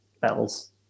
bells